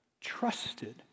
trusted